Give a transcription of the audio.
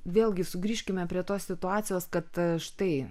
vėlgi sugrįžkime prie tos situacijos kad štai